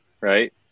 right